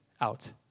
out